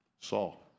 Saul